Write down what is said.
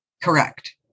Correct